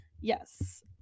Yes